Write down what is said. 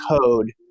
code